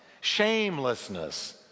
shamelessness